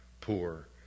poor